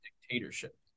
dictatorship